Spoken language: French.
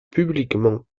publiquement